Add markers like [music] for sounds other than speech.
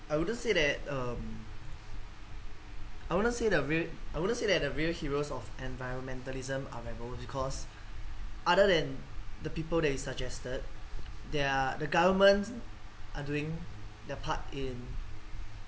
I wouldn't say that um I wouldn't say the real I wouldn't say that the real heroes of environmentalism are rebels because other than the people that you suggested [noise] there are the governments are doing their part in